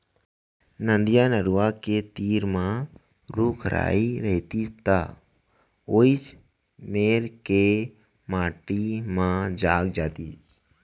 नदिया, नरूवा के तीर म रूख राई रइतिस त वोइच मेर के माटी म जाग जातिस